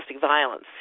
violence